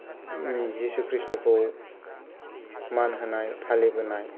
जिसु क्रिस्त'खौ मानहोनाय फालिबोनाय